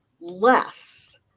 less